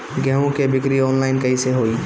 गेहूं के बिक्री आनलाइन कइसे होई?